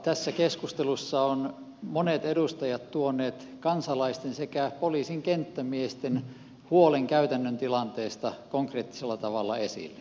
tässä keskustelussa ovat monet edustajat tuoneet kansalaisten sekä poliisin kenttämiesten huolen käytännön tilanteesta konkreettisella tavalla esiin